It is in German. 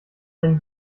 einen